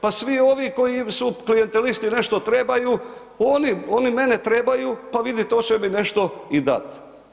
Pa svi ovi koji su klijentelisti nešto trebaju, oni mene trebaju pa vidite, hoće mi nešto i dat.